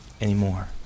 anymore